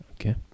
Okay